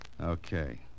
Okay